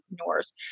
entrepreneurs